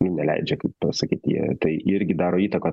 ne leidžia kaip pasakyt jie tai irgi daro įtaką